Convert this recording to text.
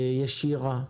ישירה,